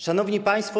Szanowni Państwo!